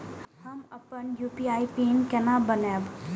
हम अपन UPI PIN केना बनैब?